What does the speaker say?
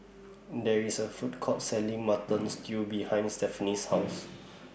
There IS A Food Court Selling Mutton Stew behind Stefanie's House